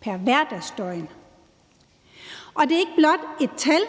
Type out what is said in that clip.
pr. hverdagsdøgn. Og det er ikke blot et tal;